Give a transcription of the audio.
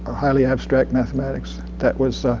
highly abstract mathematics that was